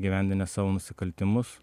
įgyvendinę savo nusikaltimus